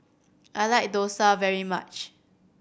I like dosa very much